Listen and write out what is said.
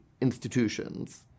institutions